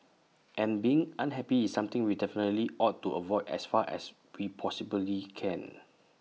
and being unhappy is something we definitely ought to avoid as far as we possibly can